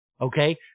okay